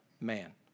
man